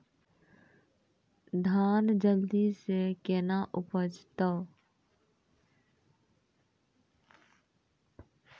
धान जल्दी से के ना उपज तो?